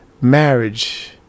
marriage